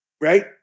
Right